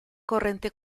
corrente